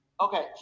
Okay